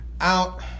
Out